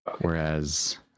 whereas